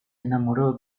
enamoró